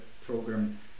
program